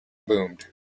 boomed